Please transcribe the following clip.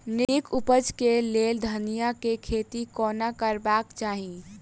नीक उपज केँ लेल धनिया केँ खेती कोना करबाक चाहि?